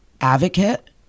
advocate